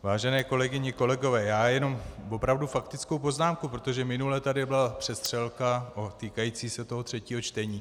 Vážené kolegyně a kolegové, jen opravdu faktickou poznámku, protože minule tady byla přestřelka týkající se třetího čtení.